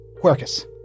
Quercus